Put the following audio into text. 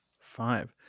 Five